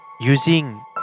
using